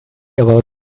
about